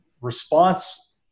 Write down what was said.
response